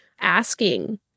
asking